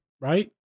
right